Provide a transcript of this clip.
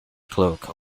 cloak